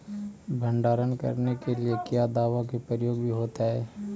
भंडारन करने के लिय क्या दाबा के प्रयोग भी होयतय?